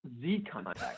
Z-contact